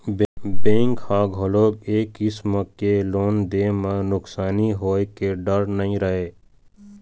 bank ह घलोक ए किसम के लोन दे म नुकसानी होए के डर नइ रहय